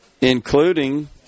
including